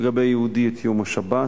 לגבי יהודי, את יום השבת,